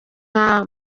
nka